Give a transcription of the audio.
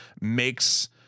makes